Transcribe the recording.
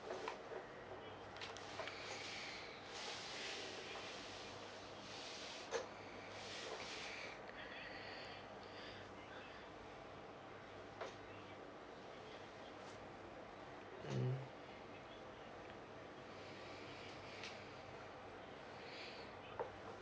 mm